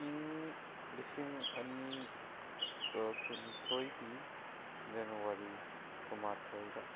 ꯏꯪ ꯂꯤꯁꯤꯡ ꯑꯅꯤꯒ ꯀꯨꯟꯅꯤꯊꯣꯏꯒꯤ ꯖꯅꯋꯥꯔꯤ ꯀꯨꯟꯃꯥꯊꯣꯏꯗ